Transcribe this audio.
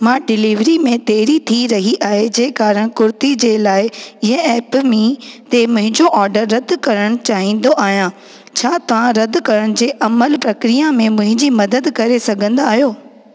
मां डिलिवरी में देरी थी रही आहे जे कारणु कुर्ती जे लाइ येएपमी ते पंहिंजो ऑर्डर रद्द करणु चाहिंदो आहियां छा तव्हां रद्द करणु जे अमलि प्रक्रिया में मुंहिंजी मदद करे सघंदा आहियो